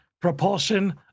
propulsion